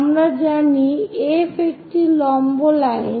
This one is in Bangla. আমরা জানি F একটি লম্ব লাইন